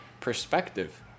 perspective